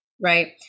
Right